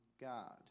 God